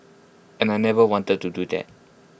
and I never wanted to do that